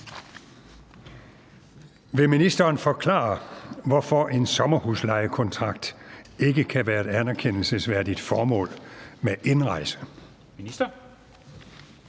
Vil ministeren forklare, hvorfor en sommerhuslejekontrakt ikke kan være et anerkendelsesværdigt formål med indrejse? Formanden